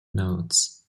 nodes